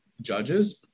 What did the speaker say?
judges